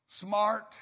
smart